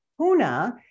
HUNA